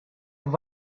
have